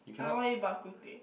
I want eat bak-kut-teh